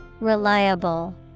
Reliable